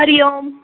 Hari Om